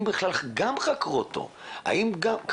האמת היא שהדבר הזה זועק לשמיים,